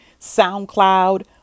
SoundCloud